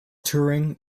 touring